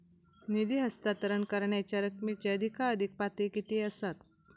निधी हस्तांतरण करण्यांच्या रकमेची अधिकाधिक पातळी किती असात?